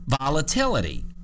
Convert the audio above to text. volatility